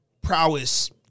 prowess